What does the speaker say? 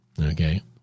Okay